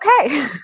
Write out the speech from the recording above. Okay